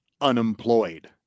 unemployed